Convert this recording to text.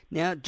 Now